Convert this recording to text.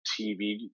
TV